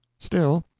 still,